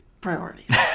Priorities